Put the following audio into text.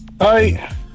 Hi